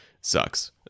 sucks